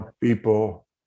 people